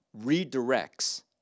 redirects